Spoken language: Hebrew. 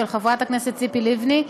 של חברת הכנסת ציפי לבני,